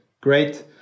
great